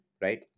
right